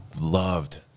loved